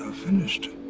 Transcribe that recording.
finished.